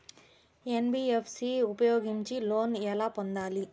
NBFC ఉపయోగించి loan ఎలా పొందాలి?